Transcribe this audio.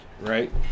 right